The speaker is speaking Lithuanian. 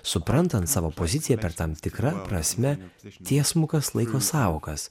suprantant savo poziciją per tam tikra prasme tiesmukas laiko sąvokas